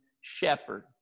shepherd